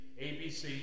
ABC